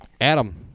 Adam